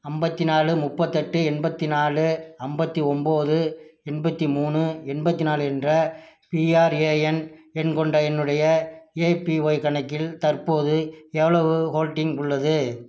ஐம்பத்தி நாலு முப்பத்தெட்டு எண்பத்தி நாலு ஐம்பத்தி ஒம்பது எண்பத்து மூணு எண்பத்து நாலு என்ற பிஆர்ஏஎன் எண் கொண்ட என்னுடைய எபிஒய் கணக்கில் தற்போது எவ்வளவு ஹோல்டிங் உள்ளது